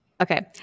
Okay